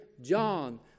John